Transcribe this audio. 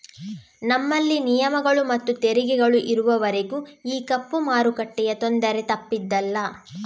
ನಮ್ಮಲ್ಲಿ ನಿಯಮಗಳು ಮತ್ತು ತೆರಿಗೆಗಳು ಇರುವವರೆಗೂ ಈ ಕಪ್ಪು ಮಾರುಕಟ್ಟೆಯ ತೊಂದರೆ ತಪ್ಪಿದ್ದಲ್ಲ